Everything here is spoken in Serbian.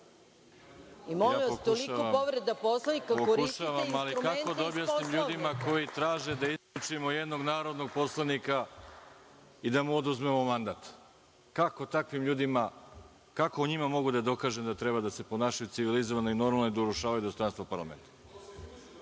Pokušavam, ali kako da objasnim ljudima koji traže da izručimo jednog narodnog poslanika i da mu oduzmemo mandat? Kako takvim ljudima, kako njima mogu da dokažem da treba da se ponašaju civilizovano i normalno i da ne urušavaju dostojanstvo parlamenta? Reč